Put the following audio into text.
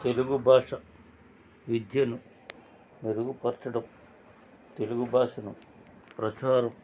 తెలుగు భాష విద్యను మెరుగుపరచడం తెలుగు భాషను ప్రచారం